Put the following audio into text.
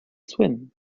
swim